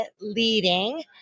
leading